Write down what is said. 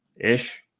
ish